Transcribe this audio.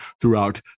throughout